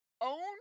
own